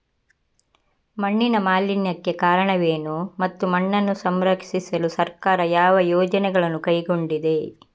ಮಣ್ಣಿನ ಮಾಲಿನ್ಯಕ್ಕೆ ಕಾರಣವೇನು ಮತ್ತು ಮಣ್ಣನ್ನು ಸಂರಕ್ಷಿಸಲು ಸರ್ಕಾರ ಯಾವ ಯೋಜನೆಗಳನ್ನು ಕೈಗೊಂಡಿದೆ?